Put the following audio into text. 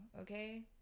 okay